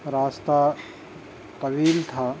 راستہ طویل تھا